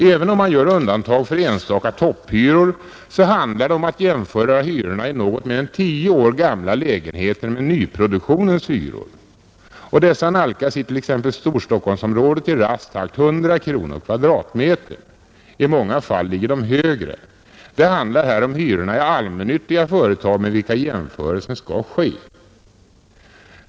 Även om man gör undantag för enstaka topphyror handlar det om att jämföra hyrorna i något mer än tio år gamla lägenheter med nyproduktionens hyror — och dessa nalkas i exempelvis Storstockholmsområdet i rask takt 100 kronor per kvadratmeter; i många fall ligger de högre. Det handlar här om hyrorna i allmännyttiga företag med vilka jämförelsen skall ske.